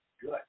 Good